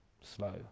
slow